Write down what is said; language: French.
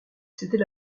c’était